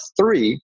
three